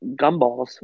gumballs